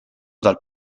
dal